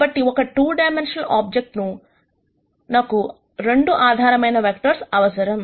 కాబట్టి ఒక 2 dimensional object నకు 2 ఆధారమైన వెక్టర్స్ అవసరం